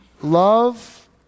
Love